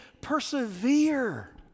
persevere